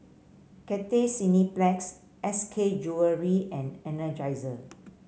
Cathay Cineplex S K Jewellery and Energizer